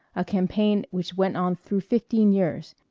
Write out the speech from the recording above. a campaign which went on through fifteen years,